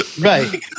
Right